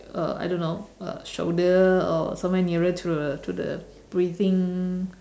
uh I don't know uh shoulder or somewhere nearer to the to the breathing